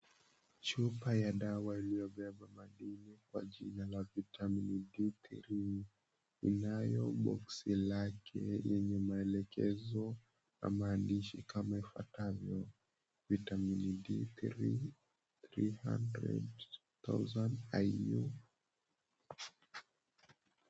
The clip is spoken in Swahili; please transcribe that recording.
Chupa ya dawa iliyobeba madini kwa jina ya vitamini D3 inayo boxi lake lenye maelekezo na maandishi kama ifuatavyo vitamin D3 300000IU.